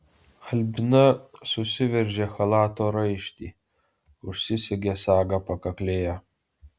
albina susiveržė chalato raištį užsisegė sagą pakaklėje